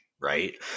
right